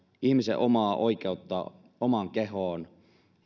ihmisen omaa oikeutta omaan kehoonsa